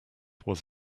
was